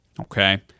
Okay